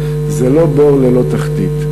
זה לא בור ללא תחתית,